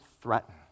threaten